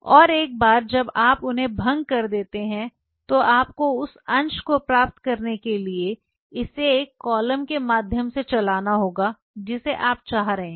और एक बार जब आप उन्हें भंग कर देते हैं तो आपको उस अंश को प्राप्त करने के लिए इसे एक कॉलम के माध्यम से चलाना होगा जिसे आप चाह रहे हैं